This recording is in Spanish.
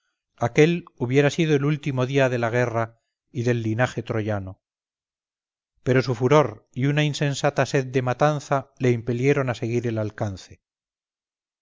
aquel hubiera sido el último día de la guerra y del linaje troyano pero su furor y una insensata sed de matanza le impelieron a seguir el alcance